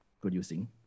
producing